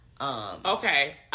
Okay